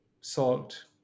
salt